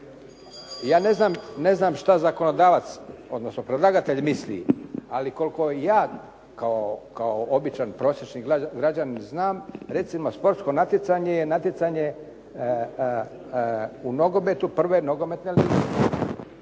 Ja ne znam što zakonodavac, odnosno predlagatelj misli, ako koliko ja kao običan prosječni građanin znam, recimo športsko natjecanje je natjecanje u nogometu prve nogometne lige,